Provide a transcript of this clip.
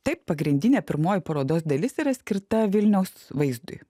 taip pagrindinė pirmoji parodos dalis yra skirta vilniaus vaizdui